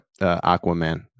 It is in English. Aquaman